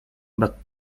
but